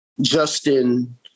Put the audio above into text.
Justin